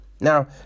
now